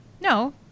No